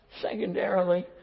Secondarily